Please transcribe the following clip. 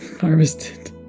Harvested